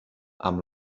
amb